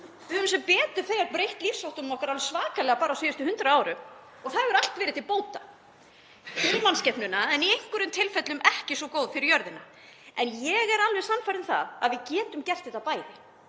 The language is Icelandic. Við höfum sem betur fer breytt lífsháttum okkar svakalega bara á síðustu 100 árum og það hefur allt verið til bóta fyrir mannskepnuna en í einhverjum tilfellum ekki svo gott fyrir jörðina. Ég er alveg sannfærð um að við getum gert bæði